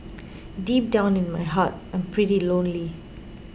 deep down in my heart I'm pretty lonely